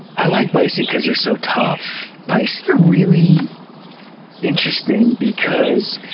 i like bison cause they're so tough. bison are really interesting because,